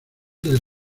del